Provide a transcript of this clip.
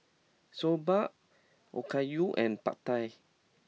Soba Okayu and Pad Thai